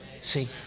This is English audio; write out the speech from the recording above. see